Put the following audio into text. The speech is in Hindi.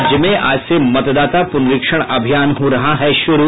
राज्य में आज से मतदाता प्रनरीक्षण अभियान हो रहा है शुरू